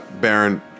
Baron